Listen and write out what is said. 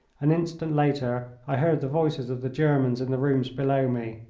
an instant later i heard the voices of the germans in the rooms below me.